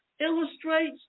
illustrates